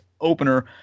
opener